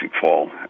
fall